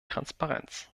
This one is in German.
transparenz